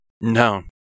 No